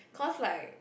cause like